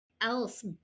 else